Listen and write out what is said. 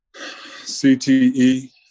CTE